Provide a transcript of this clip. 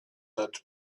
that